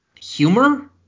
humor